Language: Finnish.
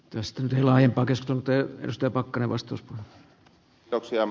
testin tilaaja papistolta jos salissa käyttää